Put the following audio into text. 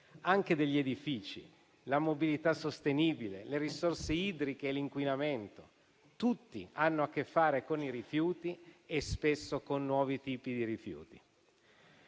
anche degli edifici, la mobilità sostenibile, le risorse idriche e l'inquinamento. Sono tutti temi che hanno a che fare con i rifiuti e spesso con nuovi tipi di rifiuti.